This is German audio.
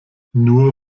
nur